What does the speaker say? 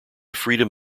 freedom